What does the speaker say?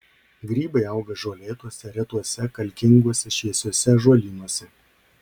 grybai auga žolėtuose retuose kalkinguose šviesiuose ąžuolynuose